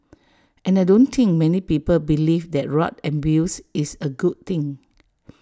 and I don't think many people believe that rug abuse is A good thing